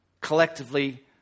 collectively